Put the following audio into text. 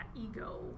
ego